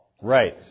Right